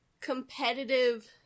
competitive